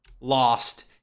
Lost